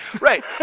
right